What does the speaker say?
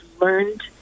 learned